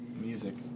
music